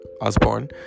Osborne